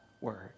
Word